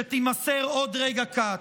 שתימסר עוד רגע קט,